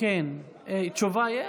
תשובה יש?